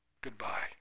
goodbye